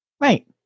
right